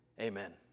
Amen